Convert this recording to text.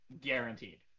Guaranteed